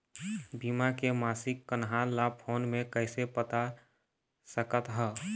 बीमा के मासिक कन्हार ला फ़ोन मे कइसे पता सकत ह?